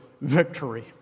victory